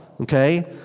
okay